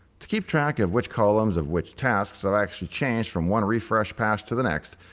to keep track of which columns of which tasks have actually changed from one refresh pass to the next,